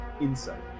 Insight